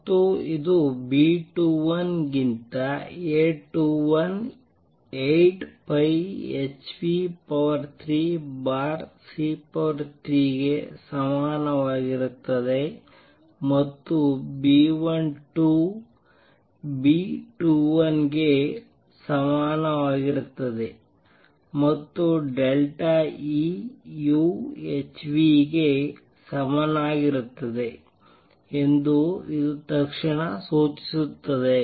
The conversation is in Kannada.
ಮತ್ತು ಇದು B21 ಗಿಂತ A21 8πh3c3 ಗೆ ಸಮಾನವಾಗಿರುತ್ತದೆ ಮತ್ತು B12 B21 ಗೆ ಸಮನಾಗಿರುತ್ತದೆ ಮತ್ತು ಡೆಲ್ಟಾ E u h ಗೆ ಸಮನಾಗಿರುತ್ತದೆ ಎಂದು ಇದು ತಕ್ಷಣ ಸೂಚಿಸುತ್ತದೆ